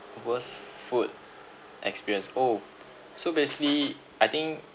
worst food experience oh so basically I think